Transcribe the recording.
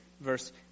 verse